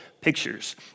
pictures